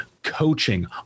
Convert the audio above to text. coaching